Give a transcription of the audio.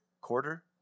Quarter